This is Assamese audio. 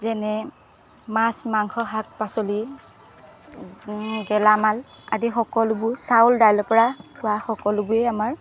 যেনে মাছ মাংস শাক পাচলি গেলামাল আদি সকলোবোৰ চাউল দাইলৰ পৰা পোৱা সকলোৱে আমাৰ